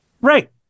Right